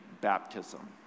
baptism